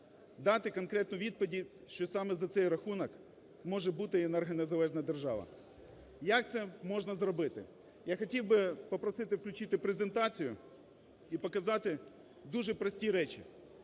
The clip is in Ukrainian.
дати конкретну відповідь, що саме за цей рахунок може бути енергонезалежна держава. Як це можна зробити? Я хотів би попросити включити презентацію і показати дуже прості речі,